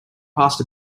past